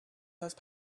those